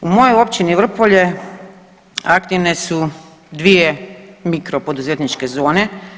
U mojoj općini Vrpolje aktivne su dvije mikro poduzetničke zone.